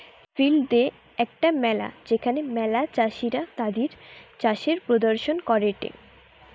field day একটা মেলা যেখানে ম্যালা চাষীরা তাদির চাষের প্রদর্শন করেটে